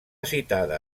citada